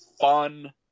fun